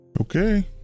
Okay